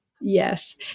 Yes